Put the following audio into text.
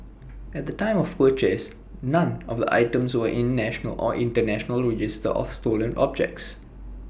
at the time of purchase none of items were in any national or International register of stolen objects